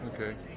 okay